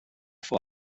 vor